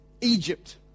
Egypt